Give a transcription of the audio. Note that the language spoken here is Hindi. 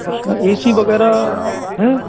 उसमें ए सी वगैरह हैं